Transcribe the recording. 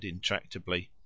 intractably